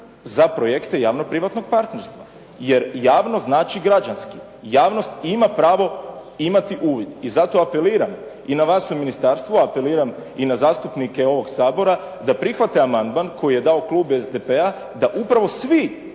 za projekte javno-privatnog partnerstva. Jer javno znači građanski. Javno ima pravo imati uvid. I zato apeliram, i na vas u ministarstvu, apeliram i na zastupnike ovoga Sabora da prihvate amandman koji je dao Klub SDP-a da upravo svi